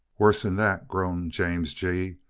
worse than that, groaned james g.